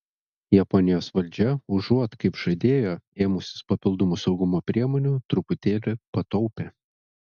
japonijos valdžia užuot kaip žadėjo ėmusis papildomų saugumo priemonių truputėlį pataupė